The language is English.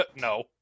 No